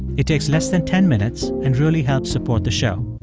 it takes less than ten minutes and really helps support the show.